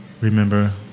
Remember